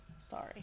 Sorry